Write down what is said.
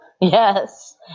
Yes